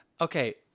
Okay